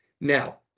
Now